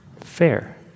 fair